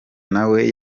nawe